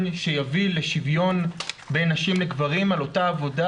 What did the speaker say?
שיביא לשוויון בין נשים לגברים על אותה עבודה,